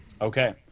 Okay